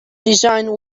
designed